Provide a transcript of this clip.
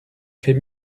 fait